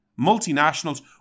multinationals